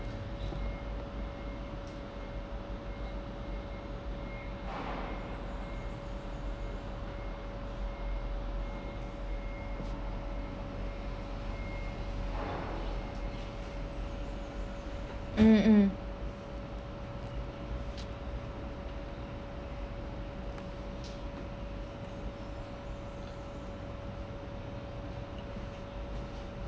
um um